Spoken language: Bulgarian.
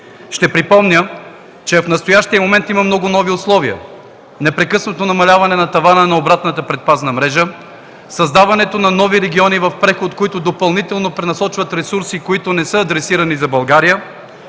Ще припомня, че в настоящия момент има много нови условия: непрекъснато намаляване на тавана на обратната предпазна мрежа; създаване на нови региони в преход, които допълнително пренасочват ресурси, които не са адресирани за България;